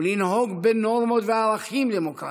ולנהוג בנורמות וערכים דמוקרטיים,